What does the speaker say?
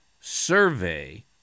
survey